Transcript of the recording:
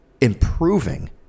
improving